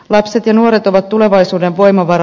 lapset ja nuoret ovat tulevaisuuden voimavara